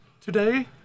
today